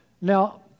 Now